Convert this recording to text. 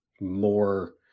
more